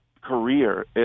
career